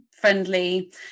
friendly